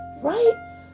Right